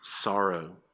sorrow